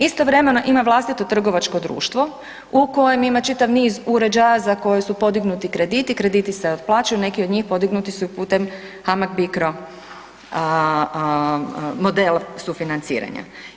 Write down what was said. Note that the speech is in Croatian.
Istovremeno, ima vlastito trgovačko društvo u kojem ima čitav niz uređaja za koje su podignuti krediti, krediti se otplaćuju, neki od njih podignuti su i putem HAMAG Bicro model sufinanciranja.